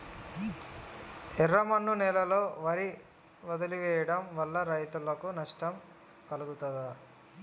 ఎర్రమన్ను నేలలో వరి వదిలివేయడం వల్ల రైతులకు నష్టం కలుగుతదా?